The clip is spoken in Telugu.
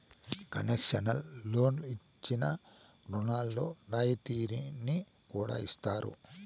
కన్సెషనల్ లోన్లు ఇచ్చిన రుణాల్లో రాయితీని కూడా ఇత్తారు